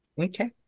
Okay